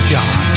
John